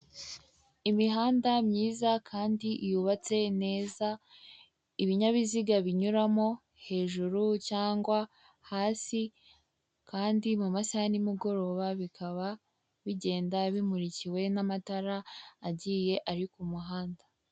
Imihanda myiza kandi yubatse neza, ibinyabiziga binyuramo hejuru cyangwa hasi kandi mu masaha ya ni mugoroba bikaba bigenda bimurikiwe n'amatara agiye ari ku muhanda.